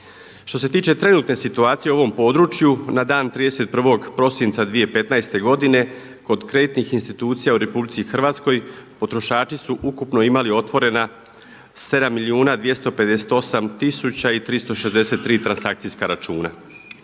Što se tiče trenutne situacije u ovom području na dan 31. prosinca 2015. godine kod kreditnih institucija u RH potrošači su ukupno imali otvorena, 7 milijuna 258 tisuća i 363 transakcijska računa.